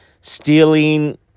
stealing